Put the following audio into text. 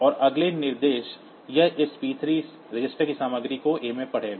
और अगला निर्देश यह इस p3 रजिस्टर की सामग्री को A में पढ़ेगा